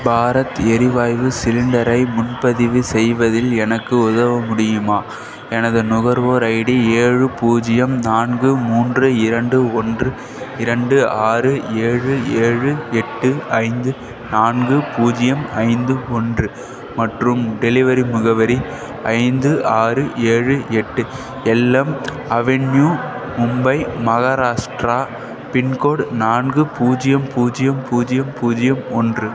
பாரத் எரிவாய்வு சிலிண்டரை முன்பதிவு செய்வதில் எனக்கு உதவ முடியுமா எனது நுகர்வோர் ஐடி ஏழு பூஜ்ஜியம் நான்கு மூன்று இரண்டு ஒன்று இரண்டு ஆறு ஏழு ஏழு எட்டு ஐந்து நான்கு பூஜ்ஜியம் ஐந்து ஒன்று மற்றும் டெலிவரி முகவரி ஐந்து ஆறு ஏழு எட்டு elm avenue Mumbai Maharashtra pincode நான்கு பூஜ்ஜியம் பூஜ்ஜியம் பூஜ்ஜியம் பூஜ்ஜியம் ஒன்று